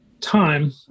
time